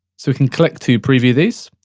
so we can click to preview this,